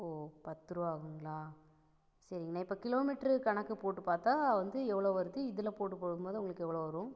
ஓ பத்ருபா ஆகுங்களா சரிங்கண்ணா இப்போ கிலோ மீட்ரு கணக்கு போட்டு பார்த்தா வந்து எவ்வளோ வருது இதில் போட்டு போடும் போது உங்களுக்கு எவ்வளோ வரும்